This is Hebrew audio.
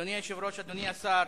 אדוני היושב-ראש, אדוני השר,